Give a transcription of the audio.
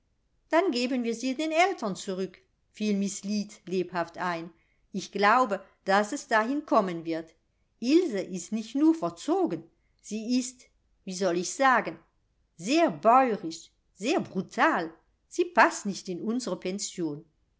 dann geben wir sie den eltern zurück fiel miß lead lebhaft ein ich glaube daß es dahin kommen wird ilse ist nicht nur verzogen sie ist wie soll ich sagen sehr bäurisch sehr brutal sie paßt nicht in unsre pension